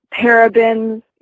parabens